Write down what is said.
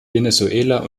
venezuela